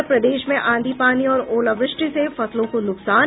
और प्रदेश में आंधी पानी और ओलावृष्टि से फसलों को नुकसान